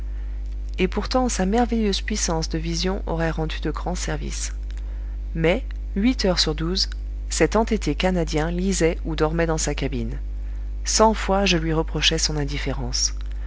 et pourtant sa merveilleuse puissance de vision aurait rendu de grands services mais huit heures sur douze cet entêté canadien lisait ou dormait dans sa cabine cent fois je lui reprochai son indifférence